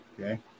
Okay